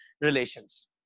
relations